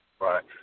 Right